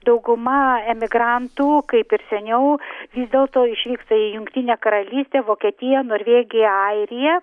dauguma emigrantų kaip ir seniau vis dėl to išvyksta į jungtinę karalystę vokietiją norvėgiją airiją